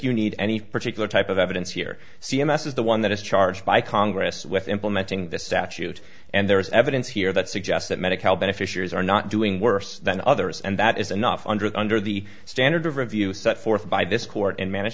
you need any particular type of evidence here c m s is the one that is charged by congress with implementing this statute and there is evidence here that suggests that medicare beneficiaries are not doing worse than others and that is enough under the under the standard of review set forth by this court and manage